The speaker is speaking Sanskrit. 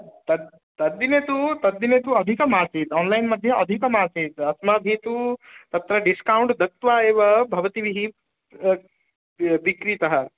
तद् तद्दिने तु तद्दिने तु अधिकमासीत् आलैन् मध्ये अधिकमासीत् अस्माभिः तु तत्र डिस्कौण्ट् दत्वा एव भवतीभिः विक्रीतः